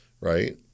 right